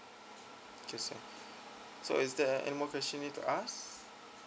okay sir is there uh any more question you need to ask